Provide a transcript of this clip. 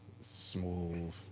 Smooth